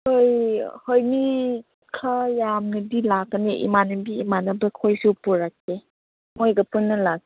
ꯑꯩꯈꯣꯏ ꯑꯩꯈꯣꯏ ꯃꯤ ꯈꯔ ꯌꯥꯝꯅꯗꯤ ꯂꯥꯛꯀꯅꯤ ꯏꯃꯥꯟꯅꯕꯤ ꯏꯃꯥꯟꯅꯕ ꯈꯣꯏꯁꯨ ꯄꯨꯔꯛꯀꯦ ꯃꯣꯏꯒ ꯄꯨꯟꯅ